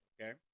Okay